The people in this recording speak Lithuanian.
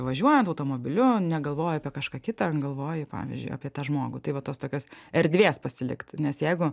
važiuojant automobiliu negalvoji apie kažką kita galvoji pavyzdžiui apie tą žmogų tai va tos tokios erdvės pasilikt nes jeigu